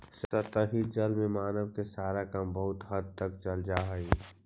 सतही जल से मानव के सारा काम बहुत हद तक चल जा हई